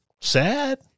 sad